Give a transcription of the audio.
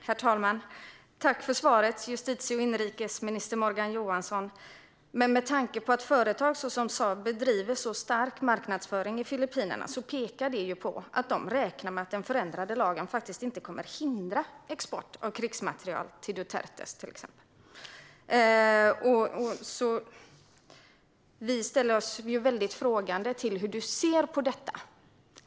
Herr talman! Tack för svaret, justitie och inrikesminister Morgan Johansson! Att företag, såsom Saab, bedriver stark marknadsföring i Filippinerna pekar dock på att de räknar med att den förändrade lagen inte kommer att hindra export av krigsmateriel till exempelvis Duterte. Vi undrar hur du ser på detta.